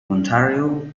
ontario